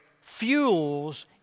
fuels